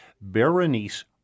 Berenice